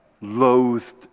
loathed